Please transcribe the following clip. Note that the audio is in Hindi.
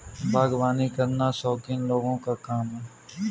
बागवानी करना शौकीन लोगों का काम है